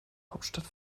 hauptstadt